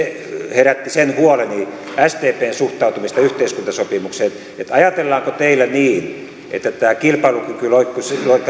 herätti sen huoleni sdpn suhtautumisesta yhteiskuntasopimukseen että ajatellaanko teillä niin että tämä kilpailukykyloikka